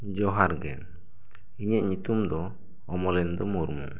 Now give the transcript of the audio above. ᱡᱚᱦᱟᱨ ᱜᱮ ᱤᱧᱟᱹᱜ ᱧᱩᱛᱩᱢ ᱫᱚ ᱚᱢᱚᱞᱮᱱᱫᱚ ᱢᱩᱨᱢᱩ